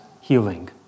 healing